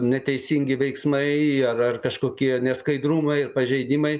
neteisingi veiksmai ar ar kažkokie neskaidrumai ir pažeidimai